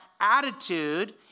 attitude